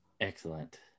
Excellent